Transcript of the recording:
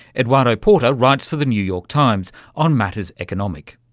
eduardo porter writes for the new york times on matters economic.